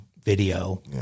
video